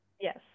Yes